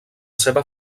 seva